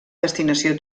destinació